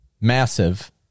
massive